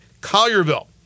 Collierville